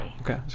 Okay